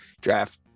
draft